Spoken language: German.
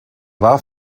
war